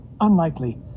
unlikely